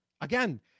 Again